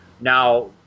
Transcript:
Now